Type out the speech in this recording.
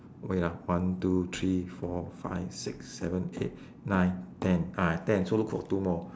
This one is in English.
wait ah one two three four five six seven eight nine ten ah ten so look for two more